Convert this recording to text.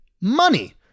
money